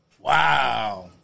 Wow